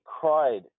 cried